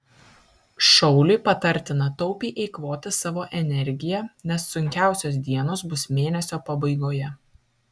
šauliui patartina taupiai eikvoti savo energiją nes sunkiausios dienos bus mėnesio pabaigoje